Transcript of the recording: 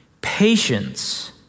patience